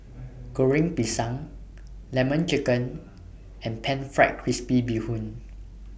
Goreng Pisang Lemon Chicken and Pan Fried Crispy Bee Hoon